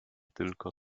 tylko